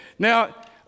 Now